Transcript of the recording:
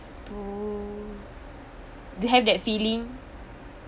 to to have that feeling